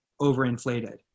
overinflated